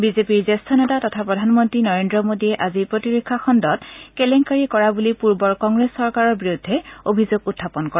বিজেপিৰ জ্যেষ্ঠ নেতা তথা প্ৰধানমন্ত্ৰী নৰেন্দ্ৰ মোডীয়ে আজি প্ৰতিৰক্ষা খণ্ডত কেলেংকাৰী কৰা বুলি পূৰ্বৰ কংগ্ৰেছ চৰকাৰৰ বিৰুদ্ধে অভিযোগ উত্থাপন কৰে